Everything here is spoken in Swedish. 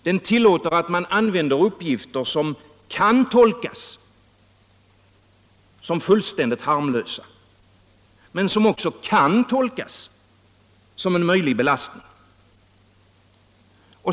Den tillåter att man använder uppgifter, som kan tolkas som fullständigt harmlösa men som också kan tolkas som en möjlig belastning.